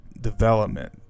development